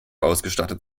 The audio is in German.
ausgestattet